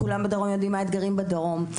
כולם בדרום יודעים מה האתגרים בדרום,